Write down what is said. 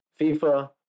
FIFA